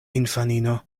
infanino